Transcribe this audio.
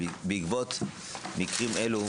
בעקבות מקרים אלו,